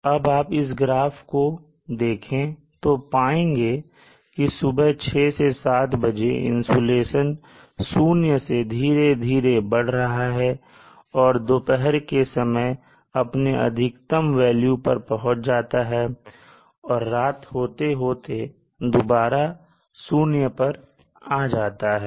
अब आप इस ग्राफ को देखें तो पाएंगे कि सुबह 6 7 बजे इंसुलेशन शून्य से धीरे धीरे बढ़ रहा है और दोपहर के समय यह अपने अधिकतम वेल्यू पर पहुंच जाता है और रात होते होते दोबारा जीरो पर आ जाता है